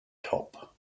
top